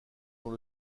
dans